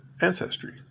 Ancestry